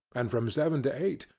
and from seven to eight,